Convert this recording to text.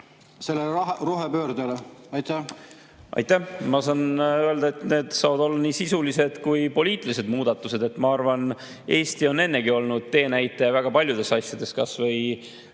sellele rohepöördele. Aitäh! Ma saan öelda, et need saavad olla nii sisulised kui poliitilised muudatused. Ma arvan, et Eesti on ennegi olnud teenäitaja väga paljudes asjades, kas või